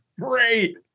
great